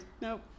Nope